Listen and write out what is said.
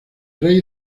rey